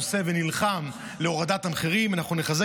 חברי וחברות הכנסת, אני שמח להביא בפניכם, בשם שר